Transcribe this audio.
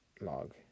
log